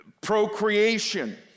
Procreation